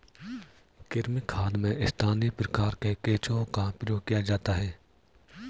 कृमि खाद में स्थानीय प्रकार के केंचुओं का प्रयोग किया जाता है